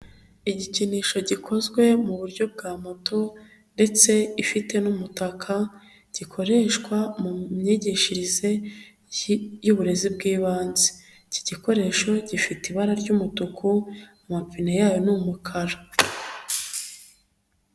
Igikinisho gikozwe mu buryo bwa moto ndetse ifite n'umutaka gikoreshwa mu myigishirize y'uburezi bw'ibanze. Iki gikoresho gifite ibara ry'umutuku amapine yayo ni umukara.